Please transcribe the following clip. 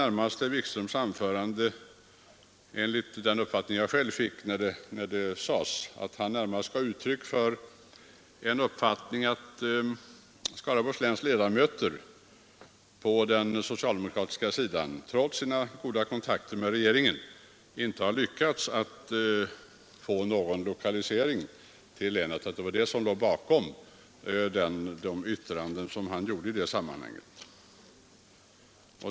När herr Wikström sade som han gjorde uppfattade jag för min del det närmast så att herr Wikström gav uttryck för uppfattningen att Skaraborgs läns ledamöter på den socialdemokratiska sidan trots sina goda kontakter med regeringen inte har lyckats få igenom någon lokalisering till länet. Det var det som låg bakom de yttranden herr Wikström gjorde i det sammanhanget.